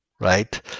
right